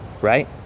right